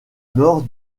nord